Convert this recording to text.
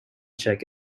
check